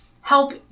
help